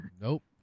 nope